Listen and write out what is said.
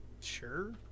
Sure